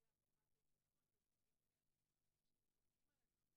המשפט אז אולי גם איילת שקד יכולה לקבל